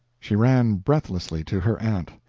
she ran breathlessly to her aunt.